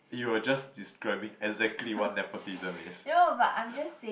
you are just describing exactly what nepotism is